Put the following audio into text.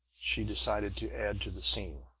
she decided to add to the scene.